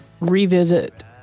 revisit